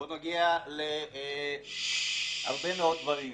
בנוגע להרבה מאוד דברים.